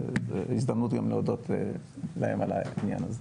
וזו גם הזדמנות להודות להם על העניין הזה.